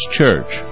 Church